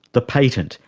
the patent,